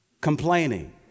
Complaining